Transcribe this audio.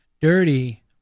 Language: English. dirty